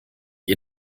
ihr